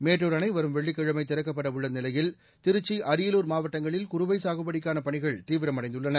மேட்டூர் அணை வரும் வெள்ளிக்கிழமை திறக்கப்பட உள்ள நிலையில் திருச்சி அரியலூர் மாவட்டங்களில் குறுவை சாகுபடிக்கான பணிகள் தீவிரமடைந்துள்ளன